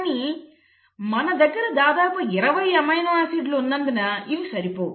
కానీ మన దగ్గర దాదాపు 20 అమైనో ఆసిడ్ లు ఉన్నందున ఇవి సరిపోవు